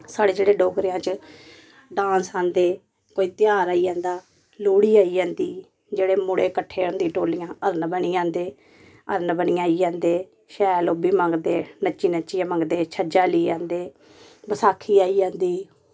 साढ़े जेह्ड़े डोगरेआं च डांस आंदे कोई ध्यार आई जंदा लोह्ड़ी आई जंदी जेह्ड़े मुड़े कट्ठे होंदी टोल्लियां हरण बनी जंदे हरण बनियै आई जंदे शैल ओह् बी मंगदे नच्ची नच्चियै मंगदे छज्जा लेई आंदे बसाखी आई जंदी